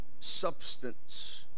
substance